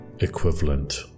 equivalent